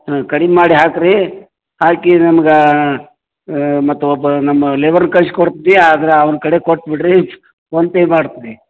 ಹ್ಞೂ ಕಡಿಮೆ ಮಾಡಿ ಹಾಕಿ ರೀ ಹಾಕಿ ನಮ್ಗೆ ಮತ್ತೆ ಒಬ್ಬ ನಮ್ಮ ಲೇಬರನ್ನು ಕಳ್ಸ್ಕೊಡ್ತೀನಿ ಆದ್ರೆ ಅವನ ಕಡೆ ಕೊಟ್ಟುಬಿಡ್ರಿ ಫೋನ್ಪೇ ಮಾಡ್ತೀನಿ